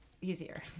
easier